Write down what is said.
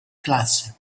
classe